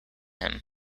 him